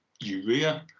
urea